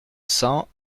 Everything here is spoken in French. cent